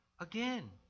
again